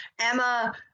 Emma